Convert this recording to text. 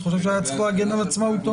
אני חושב שהיה צריך להגן על עצמאותו.